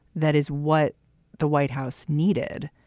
that is what the white house needed.